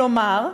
כלומר,